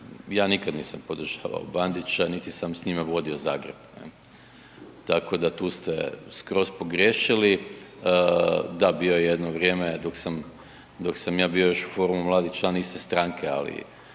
ja nikad nisam podržavao Bandića, niti sam s njime vodio Zagreb ne, tako da tu ste skroz pogriješili, da bio je jedno vrijeme dok sam, dok sam ja bio još u forumu mladi član iste stranke, ali